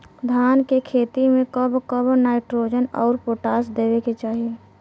धान के खेती मे कब कब नाइट्रोजन अउर पोटाश देवे के चाही?